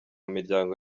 miryango